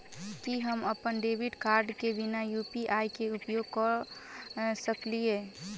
की हम अप्पन debit card केँ बिना यु.पी.आई केँ उपयोग करऽ सकलिये?